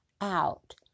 out